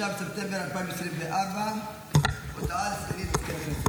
5 בספטמבר 2024. הודעה לסגנית מזכיר הכנסת.